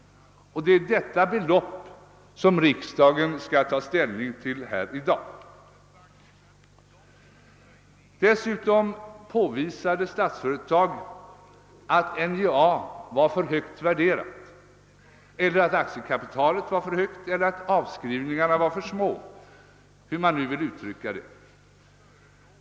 Det är detta belopp riksdagen skall ta ställning till i dag. "Dessutom påvisade Statsföretag att NJA var för högt värderat, att aktiekapitalet var för högt, att avskrivningarna varit för små eller hur man nu vill uttrycka det.